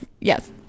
Yes